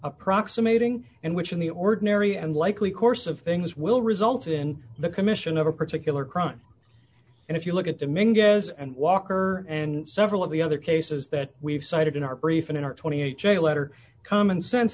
approximating and which in the ordinary and likely course of things will result in the commission of a particular crime and if you look at the main guess and walker and several of the other cases that we've cited in our brief and in our twenty eight day letter common sense